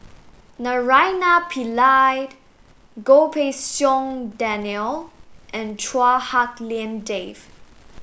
Naraina Pillai Goh Pei Siong Daniel and Chua Hak Lien Dave